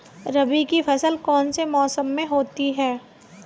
रबी की फसल कौन से मौसम में होती है?